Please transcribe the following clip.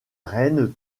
reine